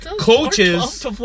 coaches